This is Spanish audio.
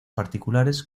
particulares